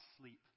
sleep